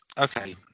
okay